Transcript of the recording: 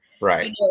Right